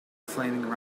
flaming